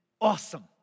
awesome